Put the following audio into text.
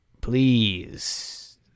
Please